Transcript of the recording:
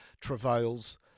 travails